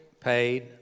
paid